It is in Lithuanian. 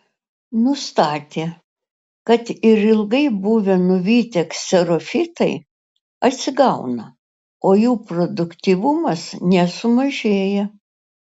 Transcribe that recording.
nustatė kad ir ilgai buvę nuvytę kserofitai atsigauna o jų produktyvumas nesumažėja